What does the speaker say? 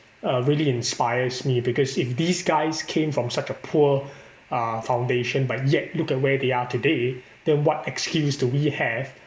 uh really inspires me because if these guys came from such a poor uh foundation but yet look at where they are today then what excuse do we have